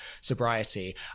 sobriety